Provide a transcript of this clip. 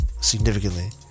Significantly